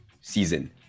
season